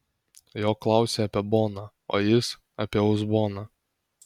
jo klausia apie boną o jis apie uzboną